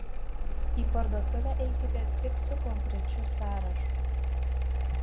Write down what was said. į parduotuvę eikite tik su konkrečiu sąrašu